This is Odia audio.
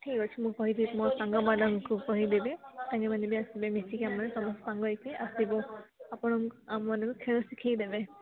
ଠିକ୍ ଅଛି ମୁଁ କହିଦେବି ମୋ ସାଙ୍ଗମାନଙ୍କୁ କହିଦେବି ତାଙ୍କେମାନେ ବି ଆସିବେ ମିଶିକି ସାଙ୍ଗ ହୋଇକି ଆସିବୁ ଆପଣ ଆମମାନଙ୍କୁ ଖେଳ ଶିଖେଇ ଦେବେ